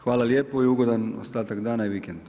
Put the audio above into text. Hvala lijepo i ugodan ostatak dana i vikend.